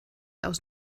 aus